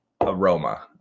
aroma